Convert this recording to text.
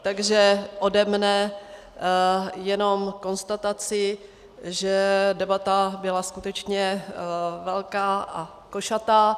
Takže ode mne jen konstatace, že debata byla skutečně velká a košatá.